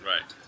Right